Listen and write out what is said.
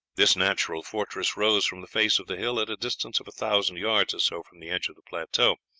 this natural fortress rose from the face of the hill at a distance of a thousand yards or so from the edge of the plateau,